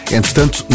Entretanto